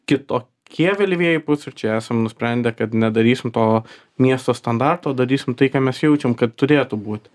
kitokie vėlyvieji pusryčiai esam nusprendę kad nedarysim to miesto standarto o darysim tai ką mes jaučiam kad turėtų būti